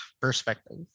perspective